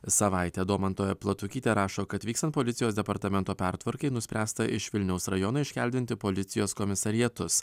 savaitę domanto platukytė rašo kad vykstant policijos departamento pertvarkai nuspręsta iš vilniaus rajono iškeldinti policijos komisariatus